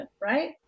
right